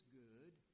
good